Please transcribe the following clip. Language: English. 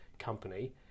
company